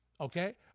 Okay